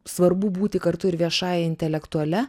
svarbu būti kartu ir viešąja intelektuale